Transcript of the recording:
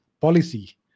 policy